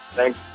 Thanks